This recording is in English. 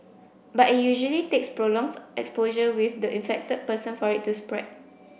but it usually takes prolonged exposure with the infected person for it to spread